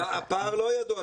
הפער לא ידוע.